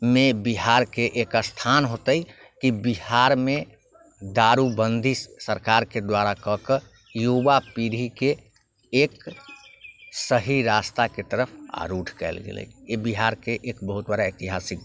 मे बिहारके एक स्थान होतै की बिहारमे दारू बन्दी सरकारके द्वारा क के युवा पीढ़ी के एक सही रास्ताके तरफ आरूढ़ कयल गेलै ई बिहारके एक बहुत बड़ा ऐतिहासिक घटना हय